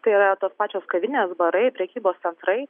tai yra tos pačios kavinės barai prekybos centrai